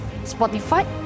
Spotify